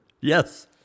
Yes